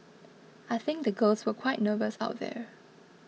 I think the girls were quite nervous out there